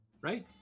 right